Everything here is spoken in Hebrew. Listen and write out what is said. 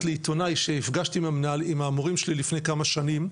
לעיתונאי שהפגשתי עם המורים שלי לפני כמה שנים,